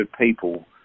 people